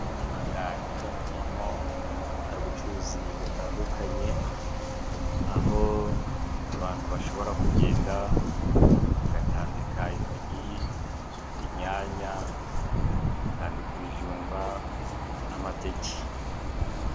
Mu Rwanda hirya no hino hari ubucuruzi butandukanye, aho abantu bashobora kugenda bagatandika intojyi, inyanya, bagatandika ibijumba n'amateke.